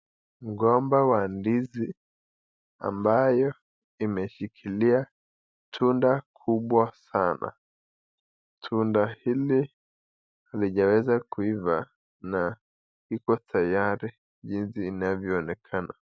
Mgomba wa ndizi ambayo imeshikilia tunda kubwa sana. Tunda hili halijaweza kuiva na iko tayari jinsi inavyoonekana.